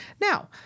Now